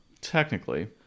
Technically